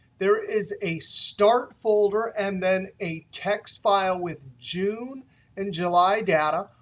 there is a start folder, and then a text file with june and july data.